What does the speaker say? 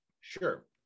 Sure